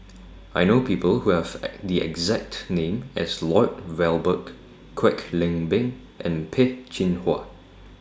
I know People Who Have The exact name as Lloyd Valberg Kwek Leng Beng and Peh Chin Hua